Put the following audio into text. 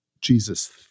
Jesus